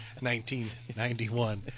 1991